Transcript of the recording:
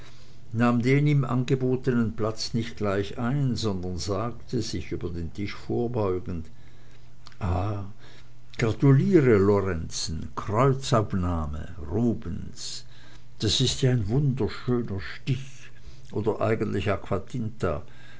nahm den ihm angebotenen platz nicht gleich ein sondern sagte sich über den tisch vorbeugend ah gratuliere lorenzen kreuzabnahme rubens das ist ja ein wunderschöner stich oder eigentlich